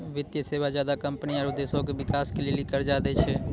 वित्तीय सेवा ज्यादा कम्पनी आरो देश के बिकास के लेली कर्जा दै छै